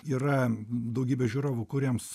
yra daugybė žiūrovų kuriems